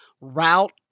route